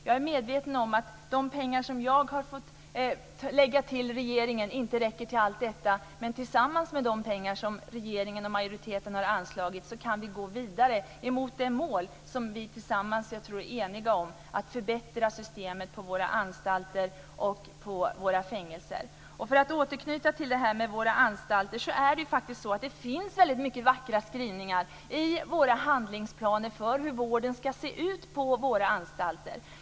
Jag är medveten om att de pengar som kristdemokraterna vill tillföra utöver regeringens budget inte räcker till allt detta. Men tillsammans med de pengar som regeringen och majoriteten har anslagit kan vi gå vidare mot det mål som jag tror att vi tillsammans är eniga om, nämligen att förbättra systemet på våra anstalter och fängelser. För att återknyta till våra anstalter finns det väldigt många vackra skrivningar i våra handlingsplaner för hur vården ska se ut på våra anstalter.